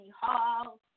hall